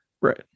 Right